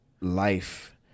life